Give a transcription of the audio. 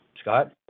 Scott